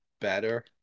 better